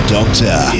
Doctor